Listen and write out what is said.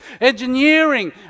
engineering